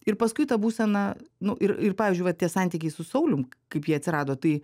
ir paskui ta būsena nu ir ir pavyzdžiui vat tie santykiai su saulium kaip jie atsirado tai